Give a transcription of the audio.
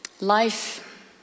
life